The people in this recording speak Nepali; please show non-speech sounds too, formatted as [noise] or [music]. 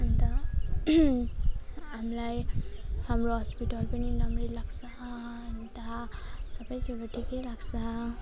अन्त हामीलाई हाम्रो हस्पिटल पनि राम्रै लाग्छ अन्त सबै [unintelligible] ठिकै लाग्छ